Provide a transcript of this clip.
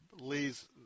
Lee's